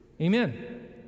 Amen